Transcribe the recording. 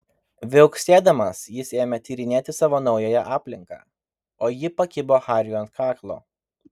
viauksėdamas jis ėmė tyrinėti savo naująją aplinką o ji pakibo hariui ant kaklo